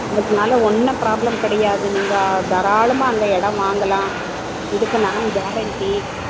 அதனாலே ஒன்றும் ப்ராப்ளம் கிடையாது நீங்கள் தாராளமாக அங்கே இடம் வாங்கலாம் இதுக்கு நான் கேரண்ட்டி